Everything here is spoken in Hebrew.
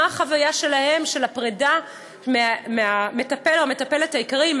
מה החוויה שלהם של הפרידה מהמטפל או מהמטפלת העיקריים,